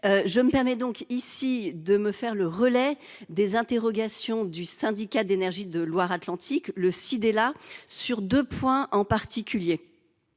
Je me fais ici même le relais des interrogations du syndicat d'énergie de Loire-Atlantique, le Sydela, sur deux points en particulier.